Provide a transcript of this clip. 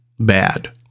Bad